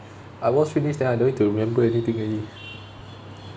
I watch finish then I don't need to remember anything already